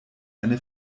eine